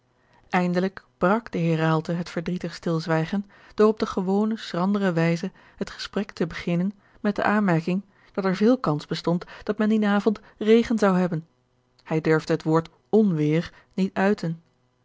eindelijk brak de heer raalte het verdrietig stilzwijgen door op de gewone schrandere wijze het gesprek te beginnen met de aanmerking dat er veel kans bestond dat men dien avond regen zou hebben hij durfde het woord onweêr niet uiten